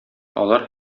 алар